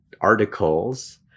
articles